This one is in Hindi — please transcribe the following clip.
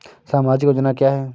सामाजिक योजना क्या है?